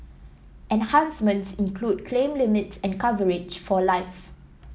enhancements include claim limits and coverage for life